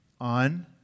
on